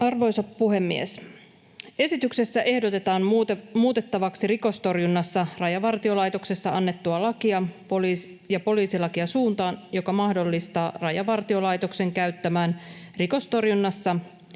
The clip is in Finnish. Arvoisa puhemies! Esityksessä ehdotetaan muutettavaksi rikostorjunnasta Rajavartiolaitoksessa annettua lakia ja poliisilakia suuntaan, joka mahdollistaa sen, että Rajavartiolaitos voi käyttää rikostorjunnassa